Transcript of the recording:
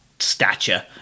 Stature